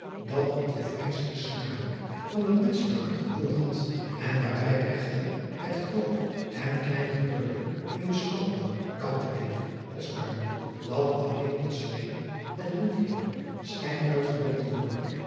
dat ik de fijnste snaren van het menschelijk hart geroerd had en waarbij echter het groot en klein gepeupel in den chouwburg koud bleef als marmer dat alleen tot schreeuwen en handklappen schijnt uitgelokt te worden